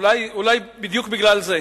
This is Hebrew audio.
אולי בדיוק בגלל זה,